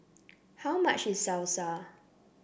how much is Salsa